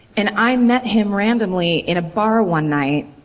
and i met him randomly in a bar one night.